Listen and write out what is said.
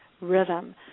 rhythm